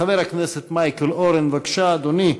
חבר הכנסת מייקל אורן, בבקשה, אדוני,